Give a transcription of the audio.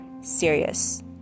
serious